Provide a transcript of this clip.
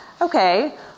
Okay